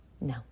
No